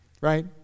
right